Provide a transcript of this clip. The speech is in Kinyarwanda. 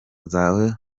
zawe